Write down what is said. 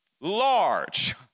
large